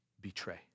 betray